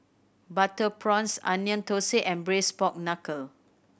butter prawns Onion Thosai and Braised Pork Knuckle